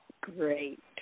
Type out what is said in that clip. Great